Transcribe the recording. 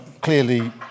clearly